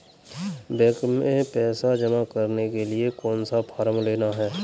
Bank में पैसा जमा करने के लिए कौन सा फॉर्म लेना है?